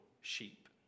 sheep